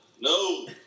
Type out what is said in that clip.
No